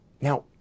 Now